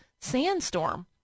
sandstorm